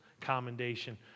commendation